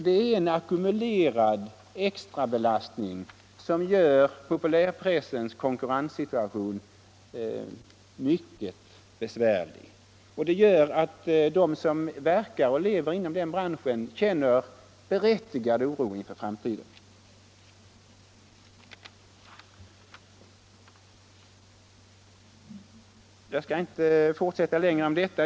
Det är en ackumulerad extra belastning som gör populärpressens konkurrenssituation mycket besvärlig. Det gör att de som verkar och lever inom den branschen känner berättigad oro inför framtiden. Jag skall inte uppehålla mig längre vid detta.